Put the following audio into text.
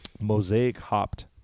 mosaic-hopped